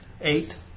Eight